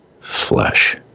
flesh